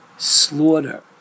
Slaughter